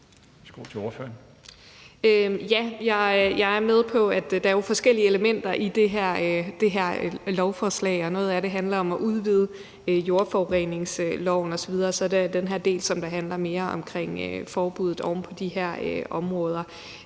jeg er med på, at der jo er nogle forskellige elementer i det her beslutningsforslag. Noget af det handler om at udvide jordforureningsloven. Så er der den her del, som mere handler om forbuddet mod byggeri oven på de her områder.